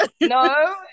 No